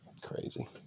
Crazy